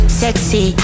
sexy